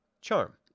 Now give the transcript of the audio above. Charm